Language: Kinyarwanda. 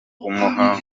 kumuha